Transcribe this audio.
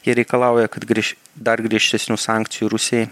jie reikalauja kad grįš dar griežtesnių sankcijų rusijai